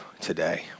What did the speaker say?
today